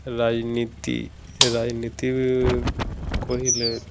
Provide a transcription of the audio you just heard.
ରାଜ୍ନୀତି ରାଜ୍ନୀତି ବି କହିଲେ